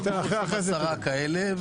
אם היו 10 כאלה.